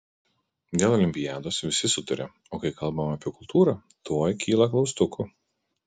dėl olimpiados visi sutaria o kai kalbama apie kultūrą tuoj kyla klaustukų